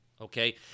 okay